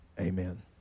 Amen